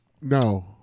No